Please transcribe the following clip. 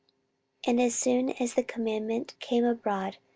and as soon as the commandment came abroad,